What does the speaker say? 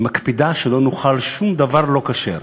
והיא מקפידה שלא נאכל שום דבר שהוא לא כשר,